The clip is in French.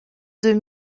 deux